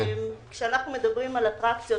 כשאנחנו מדברים על אטרקציות,